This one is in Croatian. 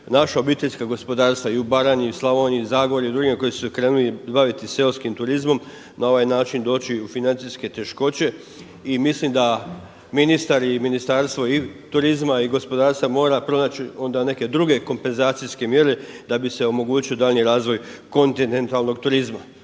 naša obiteljska gospodarstva i u Baranji i u Slavoniji, Zagorju i drugima koji su krenuli baviti se seoskim turizmom na ovaj način doći u financijske teškoće i mislim da ministar i Ministarstvo turizma i gospodarstva mora pronaći onda neke druge kompenzacijske mjere da bi se omogućio daljnji razvoj kontinentalnog turizma.